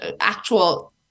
actual